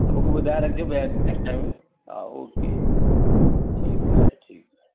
त मूंखे ॿुधाए रखिजो त भाई हा ओके ठीकु आहे ठीकु आहे